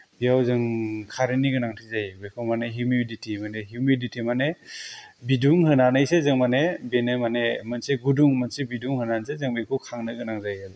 बेयाव जों खारेन्तनि गोनांथि जायो बेखौ माने हिउमिदिति माने हिउमिदिति माने बिदुं होनानैसो जों माने बेनो माने मोनसे गुदुं मोनसे बिदुं होनानैसो जों बेखौ खांनो गोनां जायो आरो